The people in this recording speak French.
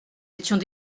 étions